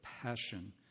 passion